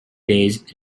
days